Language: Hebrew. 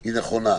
היא הנכונה.